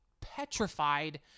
petrified